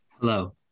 hello